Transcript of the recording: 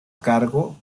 cargo